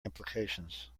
implications